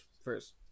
first